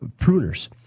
pruners